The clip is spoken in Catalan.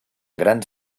grans